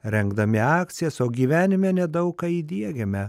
rengdami akcijas o gyvenime nedaug ką įdiegiame